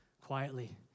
quietly